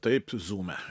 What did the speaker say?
taip zume